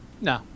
no